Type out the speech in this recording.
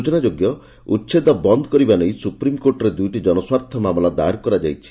ସୂଚନା ଯୋଗ୍ୟ ଉଛେଦ ବନ୍ଦ କରିବା ନେଇ ସୁପ୍ରିମ୍କୋର୍ଟରେ ଦୁଇଟି ଜନସ୍ୱାର୍ଥ ମାମଲା ଦାୟର କରାଯାଇଛି